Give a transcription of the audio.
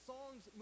Songs